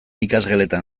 ikasgeletan